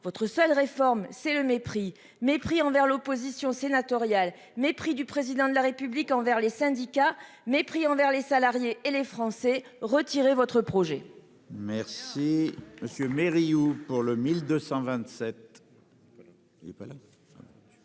votre seule réponse, c'est le mépris. Mépris envers l'opposition sénatoriale. Mépris du Président de la République envers les syndicats. Mépris envers les salariés et les Français. Retirez votre projet !